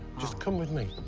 just come with me.